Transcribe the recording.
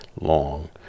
long